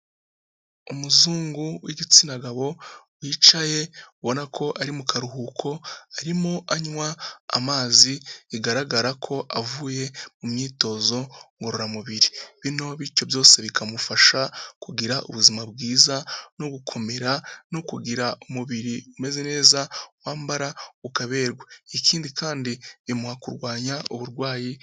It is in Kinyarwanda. Umuzungu w'igitsina gabo wicaye ubona ko ari mu karuhuko arimo anywa amazi, bigaragara ko avuye mu myitozo ngororamubiri, bino bityo byose bikamufasha kugira ubuzima bwiza no gukomera no kugira umubiri umeze neza wambara ukaberwa, ikindi kandi bimuha kurwanya uburwayi.